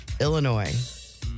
Illinois